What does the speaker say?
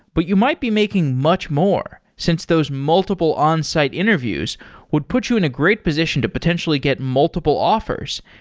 but you might be making much more since those multiple onsite interviews would put you in a great position to potentially get multiple offers,